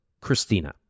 Christina